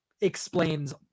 explains